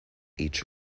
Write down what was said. each